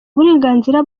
uburenganzira